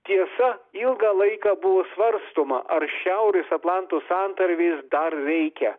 tiesa ilgą laiką buvo svarstoma ar šiaurės atlanto santarvės dar reikia